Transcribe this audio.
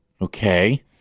Okay